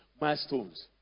milestones